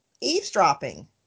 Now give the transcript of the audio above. eavesdropping